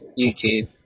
YouTube